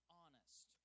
honest